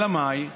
אלא מאי?